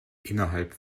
innerhalb